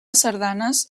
sardanes